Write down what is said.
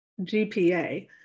GPA